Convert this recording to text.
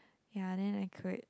ya then like create